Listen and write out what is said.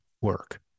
work